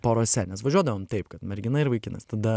porose nes važiuodavom taip kad mergina ir vaikinas tada